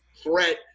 threat